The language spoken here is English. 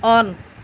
on